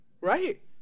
right